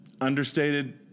understated